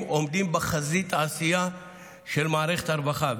עומדים בחזית העשייה של מערכת הרווחה,